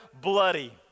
bloody